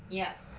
yup